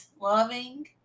loving